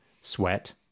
sweat